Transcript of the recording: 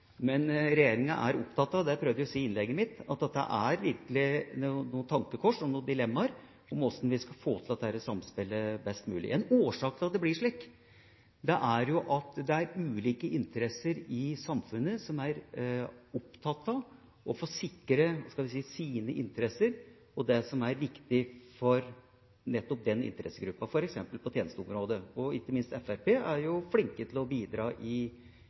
Men regjeringa er opptatt av – det prøvde jeg å si i innlegget mitt – at det virkelig er noen tankekors og dilemmaer når det gjelder hvordan vi skal få til dette samspillet best mulig. En årsak til at det blir slik, er at det er ulike grupper i samfunnet som er opptatt av å sikre sine interesser og det som er viktig for nettopp den interessegruppa, f.eks. på tjenesteområdet. Ikke minst er Fremskrittspartiet flink til å bidra i